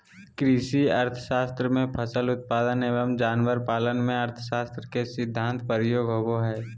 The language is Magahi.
कृषि अर्थशास्त्र में फसल उत्पादन एवं जानवर पालन में अर्थशास्त्र के सिद्धान्त प्रयोग होबो हइ